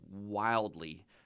wildly